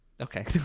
Okay